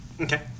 Okay